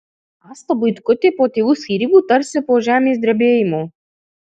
asta buitkutė po tėvų skyrybų tarsi po žemės drebėjimo